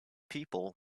people